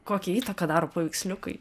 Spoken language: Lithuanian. kokią įtaką daro paveiksliukai